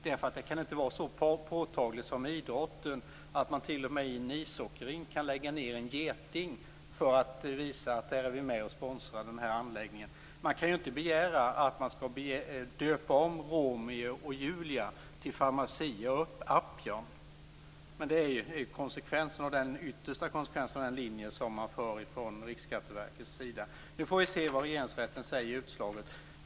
Det kan nämligen inte vara så påtagligt som i idrotten, där man t.o.m. i en ishockeyrink kan lägga en geting för att visa vem som är med och sponsrar anläggningen. Man kan ju inte begära att man skall döpa om Romeo och Julia till Pharmacia & Upjohn. Det är den yttersta konsekvensen av den linje man för från Riksskatteverkets sida. Vi får se vad Regeringsrätten säger i utslaget.